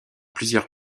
plusieurs